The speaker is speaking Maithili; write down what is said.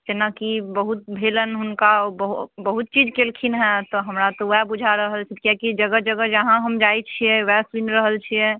जेनाकि बहुत भेलनि हुनका बहुत बहुत चीज कयलखिन्ह हँ तऽ हमरा तऽ ओएह बुझा रहल छथि किएकि जगह जगह जहाँ हम जाइत छियै ओएह सुनि रहल छियै